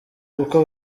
kuko